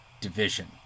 division